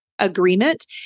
agreement